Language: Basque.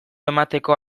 emateko